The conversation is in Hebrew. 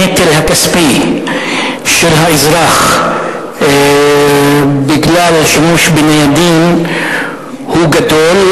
הנטל הכספי על האזרח בגלל שימוש בניידים הוא גדול,